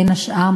בין השאר,